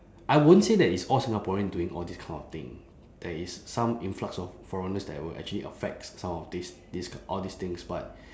I won't say that it's all singaporean doing all this kind of thing there is some influx of foreigners that will actually affects some of this this all these things but